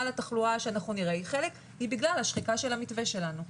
לתחלואה שאנחנו נראה היא בגלל השחיקה של המתווה שלנו.